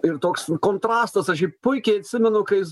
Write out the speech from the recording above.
ir toks kontrastas aš jį puikiai atsimenu kai jis